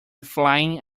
flying